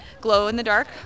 glow-in-the-dark